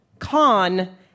Con